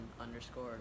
underscore